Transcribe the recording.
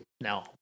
No